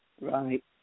Right